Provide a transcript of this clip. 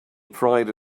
pride